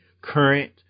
current